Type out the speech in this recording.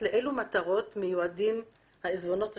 לאלו מטרות מיועדים העיזבונות השונים.